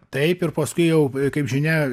taip ir paskui jau kaip žinia